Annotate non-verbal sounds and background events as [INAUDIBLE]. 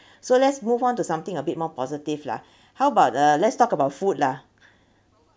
[BREATH] so let's move on to something a bit more positive lah [BREATH] how about uh let's talk about food lah [BREATH]